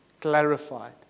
clarified